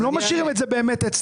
הם לא משאירים את זה באמת אצלם,